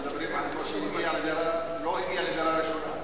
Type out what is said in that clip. אנחנו מדברים על מי שלא הגיע לדירה ראשונה.